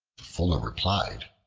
the fuller replied,